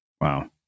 Wow